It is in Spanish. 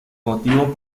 motivo